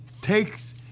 takes